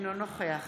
אינו נוכח